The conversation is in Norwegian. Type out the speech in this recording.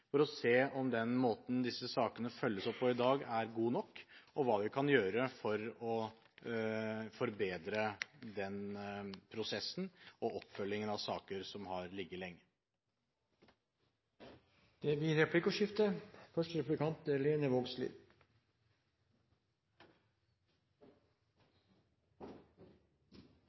for å se om den måten disse sakene følges opp på i dag, er god nok, og hva vi kan gjøre for å forbedre prosessen og oppfølgingen av saker som har ligget lenge. Det blir replikkordskifte.